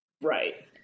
Right